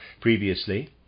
Previously